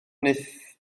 wnaeth